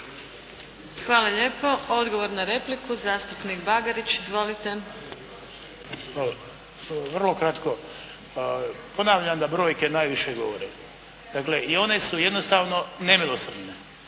Hvala lijepo. Odgovor na repliku zastupnik Bagarić. Izvolite! **Bagarić, Ivan (HDZ)** Pa, vrlo kratko. Ponavljam da brojke najviše govore. Dakle i one su jednostavno nemilosrdne.